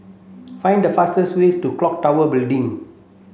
find the fastest way to Clock Tower Building